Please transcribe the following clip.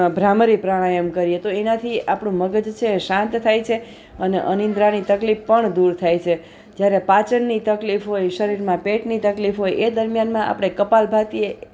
ભ્રામરી પ્રાણાયામ કરીએ તો એનાથી આપણું મગજ છે એ શાંત થાય છે અને અનિંદ્રાની તકલીફ પણ દૂર થાય છે જ્યારે પાચનની તકલીફ હોય શરીરમાં પેટની તકલીફ હોય એ દરમિયાનમાં આપણે કપાલભાતીએ